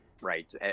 right